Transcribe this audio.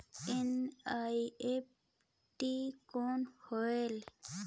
NEFT कौन होएल?